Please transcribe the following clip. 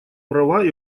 права